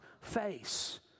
face